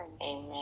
Amen